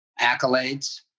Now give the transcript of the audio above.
accolades